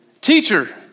teacher